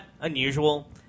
unusual